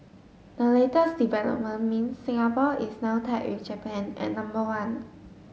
the latest development means Singapore is now tied with Japan at number one